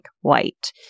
White